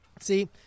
See